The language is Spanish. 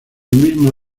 mismo